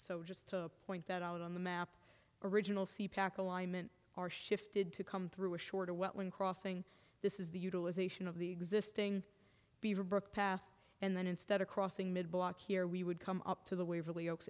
so just to point that out on the map original are shifted to come through a short when crossing this is the utilization of the existing be rebooked path and then instead of crossing mid block here we would come up to the waverly oaks